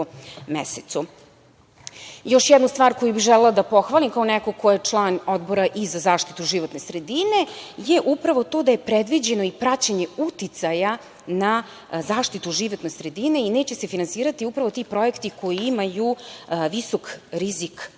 jednu stvar koju bi želela da pohvalim, kao neko ko je član Odbora za zaštitu životne sredine je upravo to da je predviđeno i praćenje uticaja na zaštitu životne sredine i neće se finansirati upravo ti projekti koji imaju visok rizik,